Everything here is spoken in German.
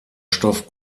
stoff